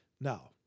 Now